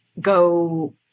go